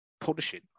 punishing